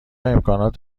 امکانات